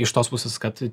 iš tos pusės kad